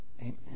Amen